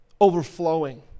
overflowing